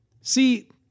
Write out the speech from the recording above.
See